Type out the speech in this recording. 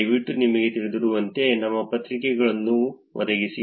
ದಯವಿಟ್ಟು ನಿಮಗೆ ತಿಳಿದಿರುವಂತೆ ನಿಮ್ಮ ಪ್ರತಿಕ್ರಿಯೆಗಳನ್ನು ಒದಗಿಸಿ